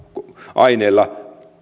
aineilla